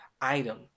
item